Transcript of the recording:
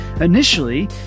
initially